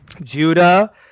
Judah